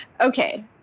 Okay